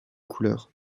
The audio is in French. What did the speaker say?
couleur